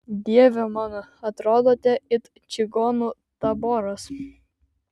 dieve mano atrodote it čigonų taboras